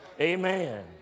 Amen